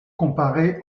comparé